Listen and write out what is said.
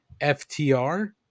FTR